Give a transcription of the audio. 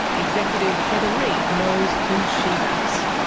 executive heather reid knows who she backs.